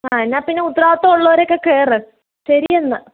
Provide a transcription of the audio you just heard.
എന്നാൽ പിന്നെ ഉത്തരവാദിത്തം ഉള്ളവരൊക്കെ കയറ് ശരി എന്നാൽ